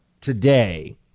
today